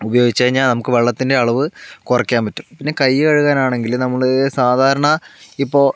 ഉപയോഗിച്ച് കഴിഞ്ഞാൽ നമുക്ക് വെള്ളത്തിൻ്റെ അളവ് കുറക്കാൻ പറ്റും പിന്നെ കൈ കഴുകാനാണെങ്കിലും നമ്മൾ സാധാരണ ഇപ്പോൾ